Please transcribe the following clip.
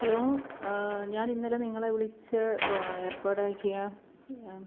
hello ഞാൻ ഇന്നലെ നിങ്ങളെ വിളിച്ച് ഏർപ്പാടാക്കിയ